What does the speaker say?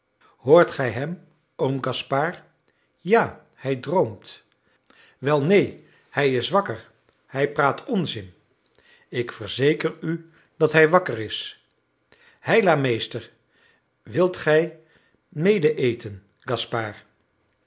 hoort gij hem oom gaspard ja hij droomt welneen hij is wakker hij praat onzin ik verzeker u dat hij wakker is heila meester wilt gij medeeten gaspard